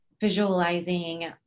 visualizing